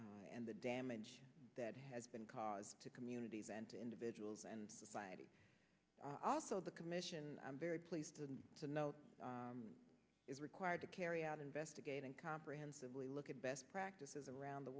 and the damage that has been caused to community event individuals and society also the commission i'm very pleased to note is required to carry out investigating comprehensively look at best practices around the